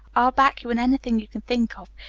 i'll back you in anything you can think of.